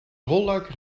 rolluiken